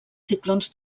ciclons